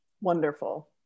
wonderful